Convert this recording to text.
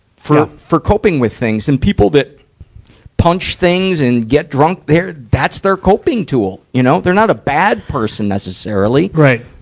for, for coping with things. and people that punch things and get drunk, that's their coping tool, you know? they're not a bad person necessarily. right.